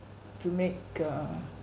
to make err